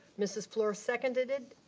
mrs. flor seconded it.